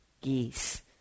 geese